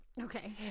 okay